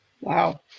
Wow